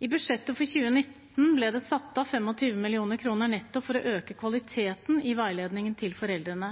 I budsjettet for 2019 ble det satt av 25 mill. kr nettopp for å øke kvaliteten i veiledningen til foreldrene.